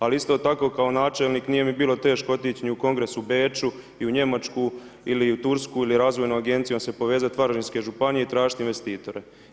Ali isto tako kao načelnik nije mi bilo teško otići niti na kongres u Beču i u Njemačku, ili u Tursku ili Razvojnu agenciju … se povezati Varaždinske županije i tražiti investitore.